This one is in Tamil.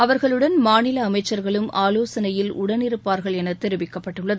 அவாகளுடன் மாநில அமைச்சர்களும் ஆவோசனையில் உடனிருப்பார்கள் என தெரிவிக்கப்பட்டுள்ளது